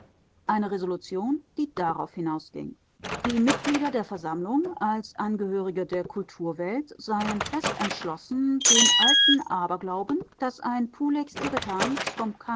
eine resolution die darauf hinausging die mitglieder der versammlung als angehörige der kulturwelt seien fest entschlossen den alten aberglauben daß ein pulex irretans vom